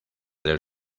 del